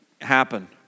happen